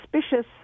suspicious